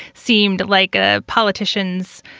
seemed like ah politicians,